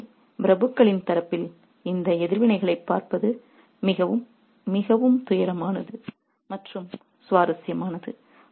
எனவே பிரபுக்களின் தரப்பில் இந்த எதிர்வினைகளைப் பார்ப்பது மிகவும் மிகவும் துயரமானது மற்றும் சுவாரஸ்யமானது